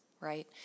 right